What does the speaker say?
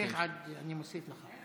תמשיך, תמשיך עד, אני מוסיף לך.